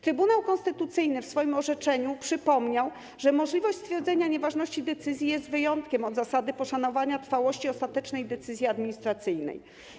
Trybunał Konstytucyjny w swoim orzeczeniu przypomniał, że możliwość stwierdzenia nieważności decyzji jest wyjątkiem od zasady poszanowania trwałości ostatecznej decyzji administracyjnej.